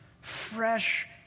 fresh